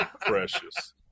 precious